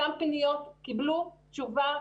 אותן פניות קיבלו תשובה.